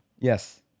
Yes